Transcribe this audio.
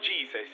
Jesus